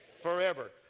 forever